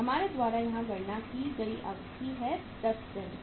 हमारे द्वारा यहां गणना की गई अवधि 10 दिन है